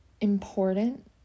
important